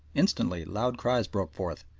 instantly loud cries broke forth,